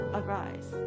arise